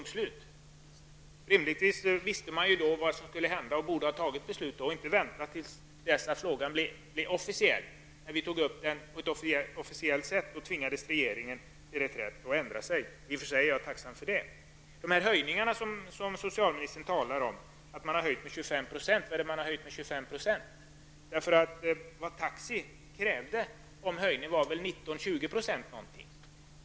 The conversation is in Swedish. Rimligtvis visste man då vad som skulle hända och borde ha fattat beslutet då och inte ha väntat tills frågan blivit officiell. När vi tog upp den på ett officiellt sätt tvingades regeringen till reträtt och ändrade sig. I och för sig är jag tacksam för det. Socialministern talar om att man har höjt med 25 %. Vad är det man har höjt med 25 %? Vad taxi krävde som höjning var väl 19--20 %.